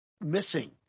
missing